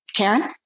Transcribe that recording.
Taryn